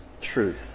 truth